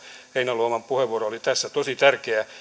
heinäluoman puheenvuoro oli tässä tosi tärkeä